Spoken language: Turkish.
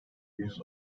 yüz